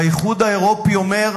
והאיחוד האירופי אומר: